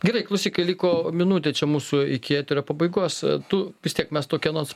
gerai klausyk liko minutė čia mūsų iki eterio pabaigos tu vis tiek mes tokį anonsą